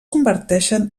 converteixen